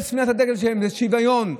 עניין של ימין ושמאל,